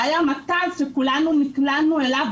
זה היה מצב שכולנו נקלענו אליו,